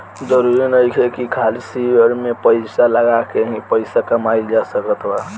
जरुरी नइखे की खाली शेयर में पइसा लगा के ही पइसा कमाइल जा सकत बा